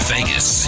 Vegas